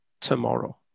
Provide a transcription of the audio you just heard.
tomorrow